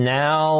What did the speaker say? now